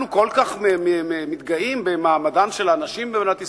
אנחנו כל כך מתגאים במעמדן של הנשים במדינת ישראל,